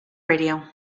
radio